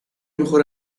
mejor